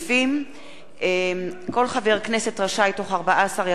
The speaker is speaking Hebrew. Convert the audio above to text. כל חבר הכנסת רשאי בתוך 14 ימים מהיום להגיש בכתב